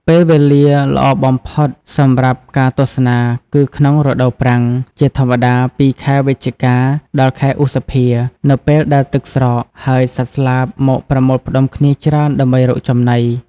ពេលវេលាល្អបំផុតសម្រាប់ការទស្សនាគឺក្នុងរដូវប្រាំង ជាធម្មតាពីខែវិច្ឆិកា ដល់ខែឧសភា នៅពេលដែលទឹកស្រក ហើយសត្វស្លាបមកប្រមូលផ្តុំគ្នាច្រើនដើម្បីរកចំណី។